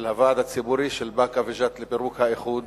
של הוועד הציבורי של באקה וג'ת לפירוק האיחוד